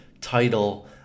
title